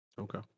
Okay